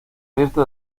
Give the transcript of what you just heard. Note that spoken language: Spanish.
abierto